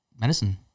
medicine